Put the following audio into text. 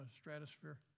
stratosphere